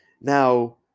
Now